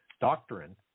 doctrine